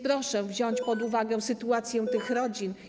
Proszę więc wziąć pod uwagę sytuację tych rodzin.